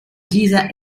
dieser